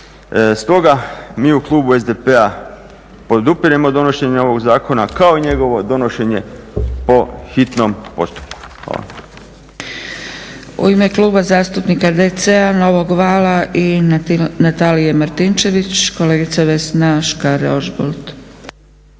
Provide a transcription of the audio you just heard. Stoga mi u klubu SDP-a podupiremo donošenje ovog zakona kao i njegovo donošenje po hitnom postupku. Hvala.